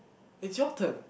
it's your turn